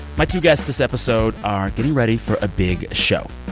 my two guests this episode are getting ready for a big show.